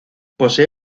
posee